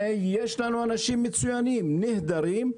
יש לנו אנשים מצוינים, נהדרים,